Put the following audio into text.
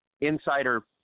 Insider